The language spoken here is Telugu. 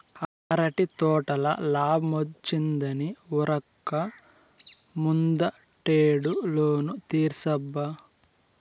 అరటి తోటల లాబ్మొచ్చిందని ఉరక్క ముందటేడు లోను తీర్సబ్బా